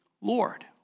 Lord